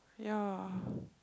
ya